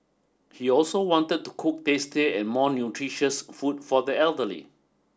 he also wanted to cook tastier and more nutritious food for the elderly